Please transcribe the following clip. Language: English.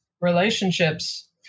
relationships